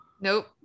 Nope